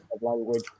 language